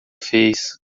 fez